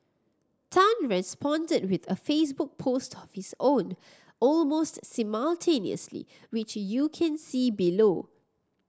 Tan responded with a Facebook post of his own almost simultaneously which you can see below